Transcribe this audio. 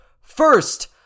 First